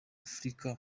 afurika